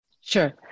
Sure